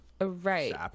Right